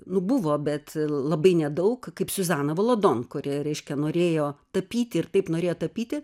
nu buvo bet labai nedaug kaip suzana volodon kuri reiškia norėjo tapyti ir taip norėjo tapyti